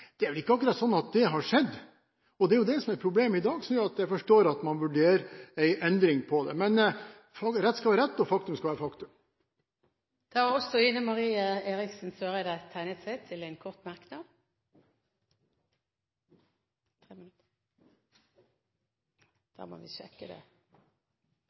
Det har vel ikke akkurat skjedd? Det er jo det som er problemet i dag, og som, så vidt jeg forstår, gjør at man vurderer å foreta en endring. Men rett skal være rett, og faktum skal være faktum. Det har kommet et par viktige avklaringer i løpet av debatten. Den ene er at regjeringa har full mulighet og anledning til